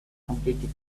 completely